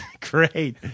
Great